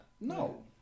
No